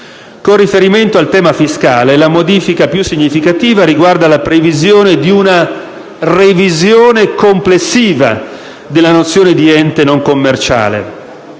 Con riferimento al tema fiscale, la modifica più significativa riguarda la previsione di una revisione complessiva della nozione di ente non commerciale.